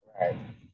Right